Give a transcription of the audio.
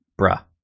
bruh